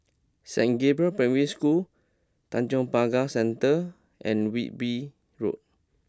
Saint Gabriel's Primary School Tanjong Pagar Centre and Wilby Road